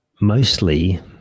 Mostly